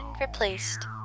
replaced